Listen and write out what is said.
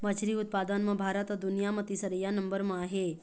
मछरी उत्पादन म भारत ह दुनिया म तीसरइया नंबर म आहे